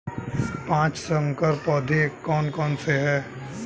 पाँच संकर पौधे कौन से हैं?